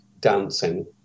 dancing